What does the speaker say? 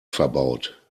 verbaut